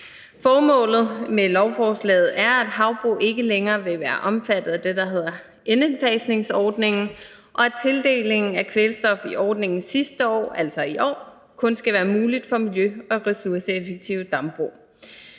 Formålet med lovforslaget er, at havbrug ikke længere vil være omfattet af det, der hedder N-indfasningsordningen, og at tildelingen af kvælstof i ordningens sidste år, altså i år, kun skal være muligt for miljø- og ressourceeffektive dambrug.